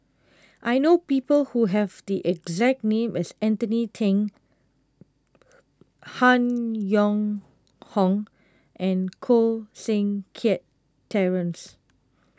I know people who have the exact name as Anthony then Han Yong Hong and Koh Seng Kiat Terence